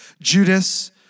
Judas